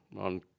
on